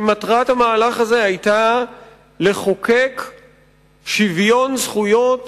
שמטרתו היתה לחוקק שוויון זכויות